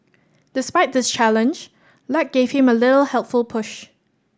despite this challenge luck gave him a little helpful push